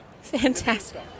Fantastic